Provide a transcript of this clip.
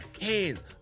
hands